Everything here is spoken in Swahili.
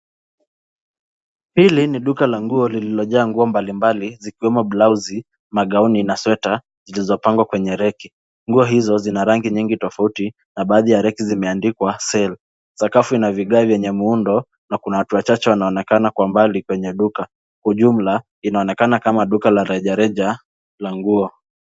Hili ni duka la nguo lililojaa nguo mbali mbali zikiwemo blausi, magauni na sweta zilizopangwa kwenye reki. Nguo hizo zina rangi nyingi tofauti na baadhi ya reki zimeandikwa sell . Sakafu ina vigae vyenye muundo na kuna watu wachache wanaonekana kwa mbali kwenye duka. Ujumla inaonekana kama duka la rejareja la nguo.